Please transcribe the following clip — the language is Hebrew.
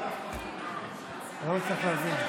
להבין.